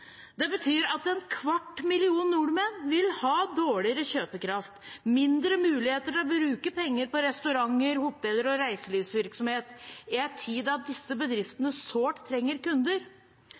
Det betyr at en kvart million nordmenn vil ha dårligere kjøpekraft, mindre mulighet til å bruke penger på restauranter, hoteller og reiselivsvirksomhet i en tid da disse bedriftene sårt trenger kunder.